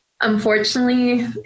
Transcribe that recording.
Unfortunately